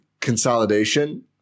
consolidation